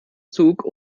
zug